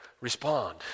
respond